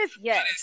yes